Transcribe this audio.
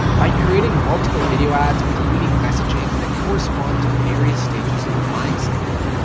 by creating multiple video ads with unique messages, that correspond to various stages of the buying cycle.